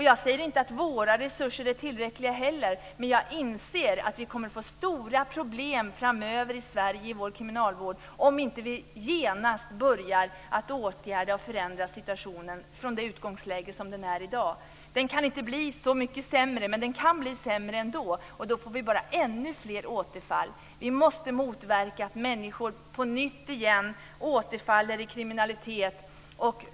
Jag säger inte att våra resurser är tillräckliga heller, men jag inser att vi kommer att få stora problem framöver i Sverige i vår kriminalvård om vi inte genast börjar åtgärda och förändra situationen från det utgångsläge som den har i dag. Den kan inte bli så mycket sämre, men den kan ändå bli sämre, och då får vi bara ännu fler återfall. Vi måste motverka att människor på nytt återfaller i kriminalitet.